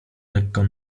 lekko